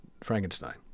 frankenstein